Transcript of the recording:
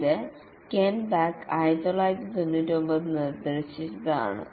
ഇത് Kent Beck 1999 നിർദ്ദേശിച്ചതാണു